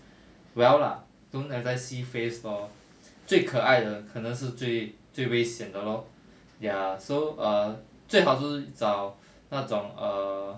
well lah don't everytime see face lor 最可爱的可能是最最危险的 lor ya so err 最好就是找那种 err